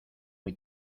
muy